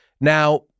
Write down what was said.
Now